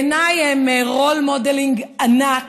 בעיניי, הן role modeling ענק,